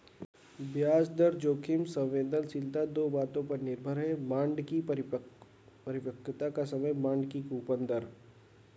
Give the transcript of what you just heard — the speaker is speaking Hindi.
ब्याज दर जोखिम संवेदनशीलता दो बातों पर निर्भर है, बांड की परिपक्वता का समय, बांड की कूपन दर